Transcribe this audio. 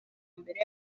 mbere